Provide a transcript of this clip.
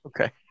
Okay